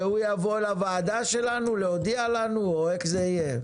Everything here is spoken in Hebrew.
והוא יבוא לוועדה שלנו להודיע לנו או איך זה יהיה?